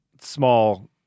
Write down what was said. small